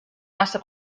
massa